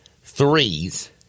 threes